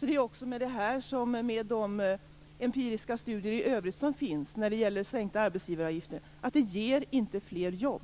Den här studien liksom de övriga empiriska studier som finns när det gäller arbetsgivaravgiftssänkningar visar alltså att sådana inte ger fler jobb.